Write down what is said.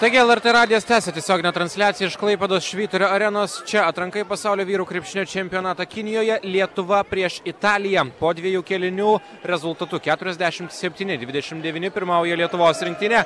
taigi lrt radijas tęsia tiesioginę transliaciją iš klaipėdos švyturio arenos čia atranka į pasaulio vyrų krepšinio čempionatą kinijoje lietuva prieš italiją po dviejų kėlinių rezultatu keturiasdešimt septyni dvidešimt devyni pirmauja lietuvos rinktinė